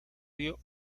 dio